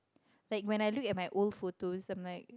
like when I look at my old photos I'm like